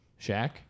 Shaq